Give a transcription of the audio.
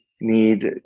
need